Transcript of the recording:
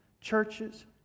churches